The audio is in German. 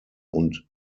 und